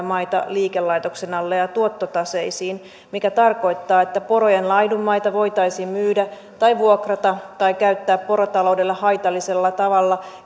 maita liikelaitoksen alle ja tuottotaseisiin mikä tarkoittaa että porojen laidunmaita voitaisiin myydä vuokrata tai käyttää porotaloudelle haitallisella tavalla